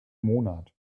monat